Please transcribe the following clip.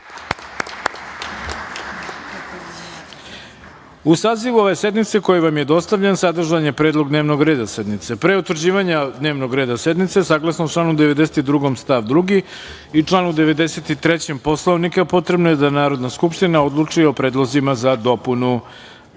sazivu ove sednice, koji vam je dostavljen, sadržan je predlog dnevnog reda sednice. Pre utvrđivanja dnevnog reda sednice, saglasno članu 92. stav 2. i članu 93. Poslovnika potrebno je da Narodna skupština odluči o predlozima za dopunu predloženog